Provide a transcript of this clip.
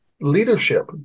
leadership